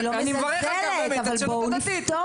ואני מברך על כך את הציונות הדתית.